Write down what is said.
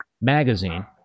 Magazine